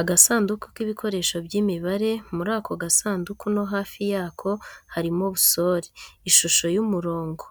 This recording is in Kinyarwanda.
Agasanduku k'ibikoresho by'imibare, muri ako gasanduku no hafi yako harimo busole, ishusho y'umurongo,